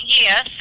Yes